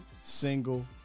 single